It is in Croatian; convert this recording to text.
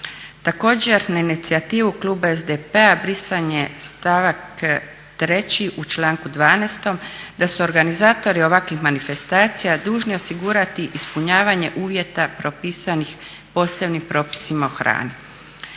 Također na inicijativu kluba SDP-a brisan je stavak 3.u članku 12.da su organizatori ovakvih manifestacija dužni osigurati ispunjavanje uvjeta propisanih posebnim propisima o hrani.